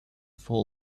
four